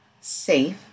Safe